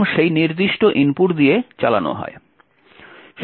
এবং সেই নির্দিষ্ট ইনপুট দিয়ে চালানো হয়